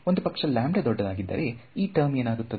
ಒಂದು ಪಕ್ಷ ದೊಡ್ಡದಾಗಿದ್ದರೆ ಈ ಟರ್ಮ್ ಏನಾಗುತ್ತದೆ